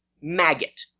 Maggot